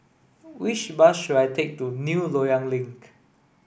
which bus should I take to New Loyang Link